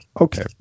Okay